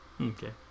Okay